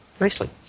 nicely